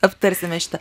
aptarsime šitą